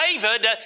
David